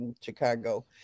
Chicago